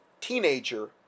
teenager